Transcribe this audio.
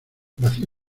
vacía